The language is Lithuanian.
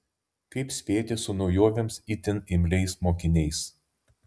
kaip spėti su naujovėms itin imliais mokiniais